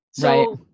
Right